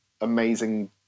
amazing